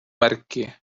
märki